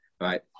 right